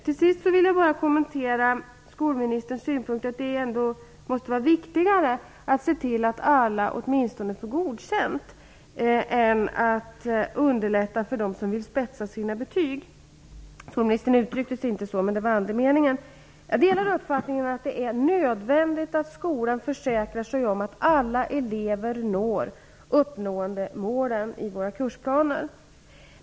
Till sist vill jag kommentera skolministerns synpunkt att det måste vara viktigare att se till att alla åtminstone får godkänt än att underlätta för dem som vill spetsa sina betyg - skolministern uttryckte sig inte så, men det var andemeningen. Jag delar uppfattningen att det är nödvändigt att skolan försäkrar sig om att alla elever når uppnåendemålen i våra kursplaner.